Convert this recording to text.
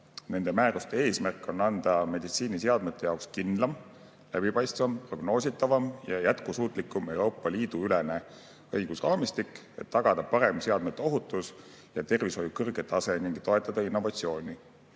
Nende määruste eesmärk on anda meditsiiniseadmete jaoks kindlam, läbipaistvam, prognoositavam ja jätkusuutlikum Euroopa Liidu ülene õigusraamistik, et tagada parem seadmete ohutus ja tervishoiu kõrge tase ning toetada innovatsiooni.